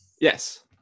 yes